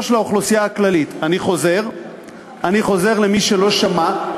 של האוכלוסייה הכללית"; אני חוזר למי שלא שמע.